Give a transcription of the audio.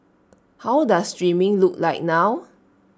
how does streaming look like now